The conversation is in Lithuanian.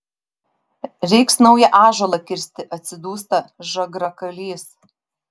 reiks naują ąžuolą kirsti atsidūsta žagrakalys